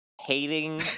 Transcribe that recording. hating